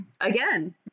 Again